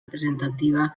representativa